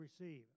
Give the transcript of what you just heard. receive